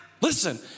Listen